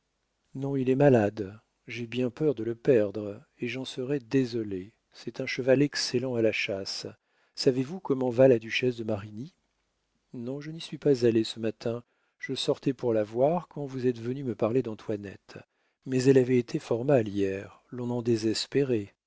non il est malade j'ai bien peur de le perdre et j'en serais désolé c'est un cheval excellent à la chasse savez-vous comment va la duchesse de marigny non je n'y suis pas allé ce matin je sortais pour la voir quand vous êtes venu me parler d'antoinette mais elle avait été fort mal hier l'on en désespérait